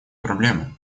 проблемы